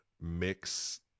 mix